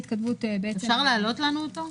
אפשר להעלות לנו אותו?